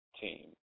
team